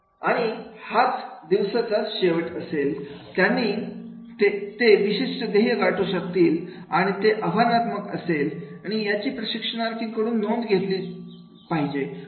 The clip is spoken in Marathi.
आणि हाच दिवसाचा शेवट असेल त्यांनी ते विशिष्ट ध्येय गाठू शकतील आणि आणि ते आव्हानात्मक असेल आणि यांची प्रशिक्षणार्थीं कडून नोंद करून घेतली पाहिजे